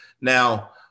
Now